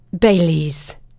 Bailey's